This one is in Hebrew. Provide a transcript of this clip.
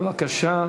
בבקשה.